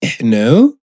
no